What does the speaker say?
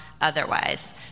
otherwise